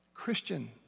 Christian